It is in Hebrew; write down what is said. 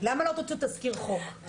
למה לא תוציאו תזכיר חוק?